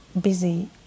busy